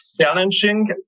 challenging